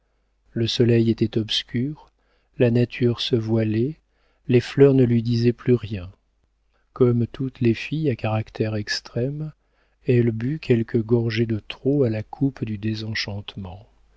le soleil était obscur la nature se voilait les fleurs ne lui disaient plus rien comme toutes les filles à caractère extrême elle but quelques gorgées de trop à la coupe du désenchantement